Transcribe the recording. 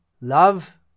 love